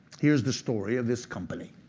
here's the story of this company.